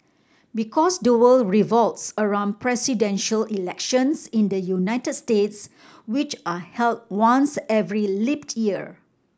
because the world revolves around presidential elections in the United States which are held once every leap year